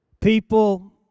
people